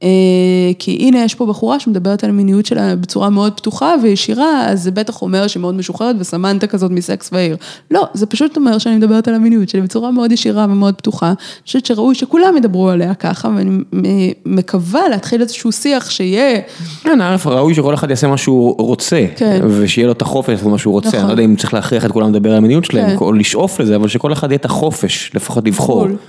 כי הנה יש פה בחורה שמדברת על המיניות שלה בצורה מאוד פתוחה וישירה, אז זה בטח אומר שהיא מאוד משוחררת וסמנתה כזאת מסקס והעיר. לא, זה פשוט אומר שאני מדברת על המיניות שלי בצורה מאוד ישירה ומאוד פתוחה, אני חושבת שראוי שכולם ידברו עליה ככה, ואני מקווה להתחיל איזשהו שיח שיהיה...כן, א' ראוי שכל אחד יעשה מה שהוא רוצה, ושיהיה לו את החופש לעשות מה שהוא רוצה, אני לא יודע אם צריך להכריח את כולם לדבר על המיניות שלהם, או לשאוף לזה, אבל שכל אחד יהיה את החופש לפחות לבחור.